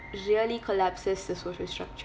really collapses the social structure